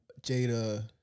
Jada